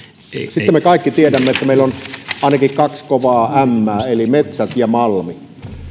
sitten me kaikki tiedämme että meillä on ainakin kaksi kovaa mää eli metsät ja malmi